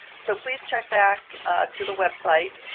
so please check back to the website